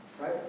Right